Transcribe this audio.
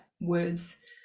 words